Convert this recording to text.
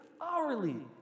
hourly